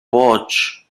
bosch